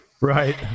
Right